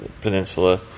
peninsula